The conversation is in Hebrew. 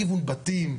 לכיוון בתים,